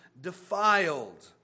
defiled